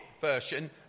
version